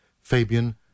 Fabian